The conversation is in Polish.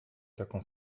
taką